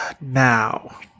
Now